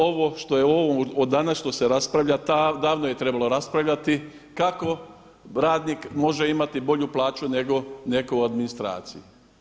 Ovo što se danas raspravlja, davno je trebalo raspravljati kako radnik može imati bolju plaću nego netko u administraciji.